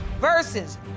versus